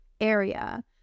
area